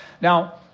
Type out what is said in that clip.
Now